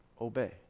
obey